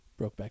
Brokeback